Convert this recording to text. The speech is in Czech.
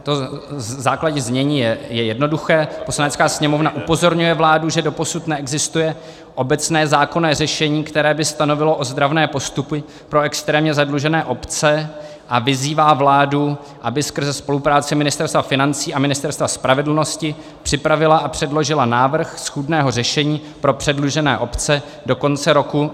To základní znění je jednoduché: Poslanecká sněmovna upozorňuje vládu, že doposud neexistuje obecné zákonné řešení, které by stanovilo ozdravné postupy pro extrémně zadlužené obce, a vyzývá vládu, aby skrze spolupráci Ministerstva financí a Ministerstva spravedlnosti připravila a předložila návrh schůdného řešení pro předlužené obce do konce roku 2020.